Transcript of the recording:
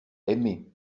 aimé